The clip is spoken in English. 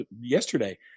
yesterday